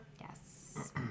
Yes